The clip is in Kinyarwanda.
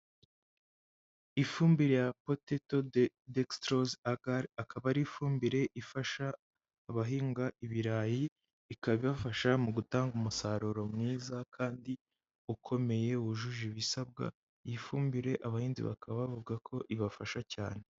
Ifumbire ya POTATO DEXTROSE AGAR, akaba ari ifumbire ifasha abahinga ibirayi, ikaba ibafasha mu gutanga umusaruro mwiza kandi ukomeye wujuje ibisabwa, ifumbire abahinzi bakaba bavuga ko ibafasha cyane.